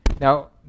Now